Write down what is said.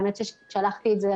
האמת ששלחתי את זה,